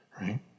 right